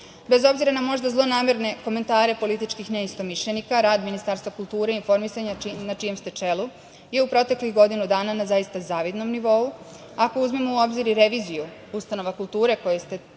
Bez obzira na možda zlonamerne komentare političkih neistomišljenika, rad Ministarstva kulture i informisanja, na čije ste čelu, je u proteklih godinu dana je zaista na zavidnom nivou. Ako uzmemo u obzir i reviziju ustanova kulture, koje ste